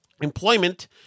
employment